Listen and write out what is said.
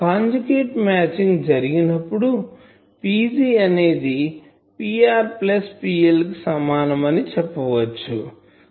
conjugate matching జరిగినప్పుడు Pg అనేది Pr plus PL కు సమానం అని చెప్పవచ్చు